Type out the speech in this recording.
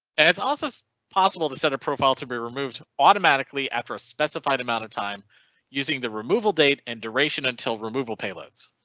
and it's also possible to set a profile to be removed automatically after a specified amount of time using the removal date and duration until removal payloads.